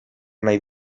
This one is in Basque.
nahi